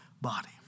body